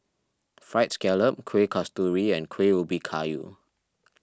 Fried Scallop Kueh Kasturi and Kuih Ubi Kayu